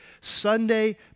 Sunday